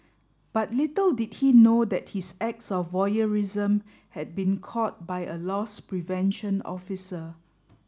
but little did he know that his acts of voyeurism had been caught by a loss prevention officer